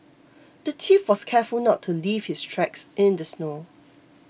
the thief was careful not to leave his tracks in the snow